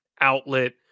outlet